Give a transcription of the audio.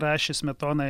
rašė smetonai